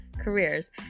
careers